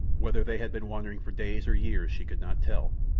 whether they had been wandering for days or years she could not tell.